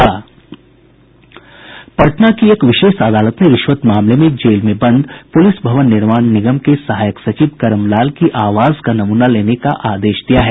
पटना की एक विशेष अदालत ने रिश्वत मामले में जेल में बंद पुलिस भवन निर्माण निगम के सहायक सचिव करमलाल की आवाज का नमूना लेने का आदेश दिया है